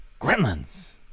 Gremlins